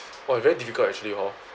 oh very difficult actually hor